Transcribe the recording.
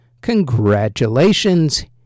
congratulations